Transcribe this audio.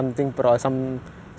the blood relative quite scary lah